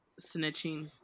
snitching